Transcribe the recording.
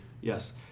Yes